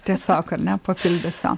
tiesiog ar ne papildysiu